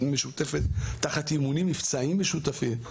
משותפת, תחת אימונים מבצעיים משותפים.